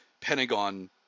Pentagon